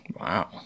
Wow